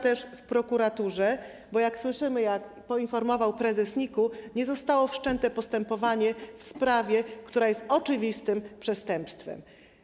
też w prokuraturze, bo jak słyszymy, jak poinformował prezes NIK-u, nie zostało wszczęte postępowanie w sprawie, która jest oczywistym przestępstwem.